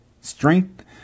strength